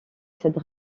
cette